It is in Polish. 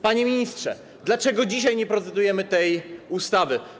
Panie ministrze, dlaczego dzisiaj nie procedujemy nad tą ustawą?